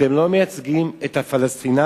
אתם לא מייצגים את הפלסטינים,